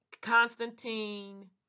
Constantine